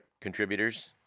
contributors